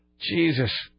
Jesus